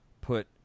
put